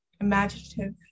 Imaginative